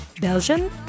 Belgian